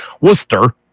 Worcester